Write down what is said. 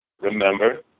remember